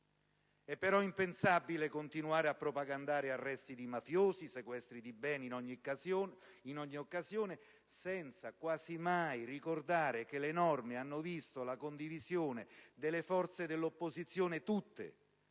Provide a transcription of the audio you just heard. È però impensabile continuare a propagandare arresti di mafiosi, sequestri di beni in ogni occasione, senza quasi mai ricordare che le norme hanno visto la condivisione delle forze dell'opposizione tutte,